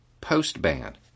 post-ban